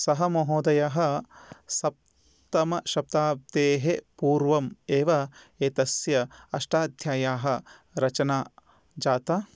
सः महोदयः सप्तमशताब्देः पूर्वम् एव एतस्य अष्टाध्याय्याः रचना जाता